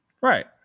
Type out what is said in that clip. Right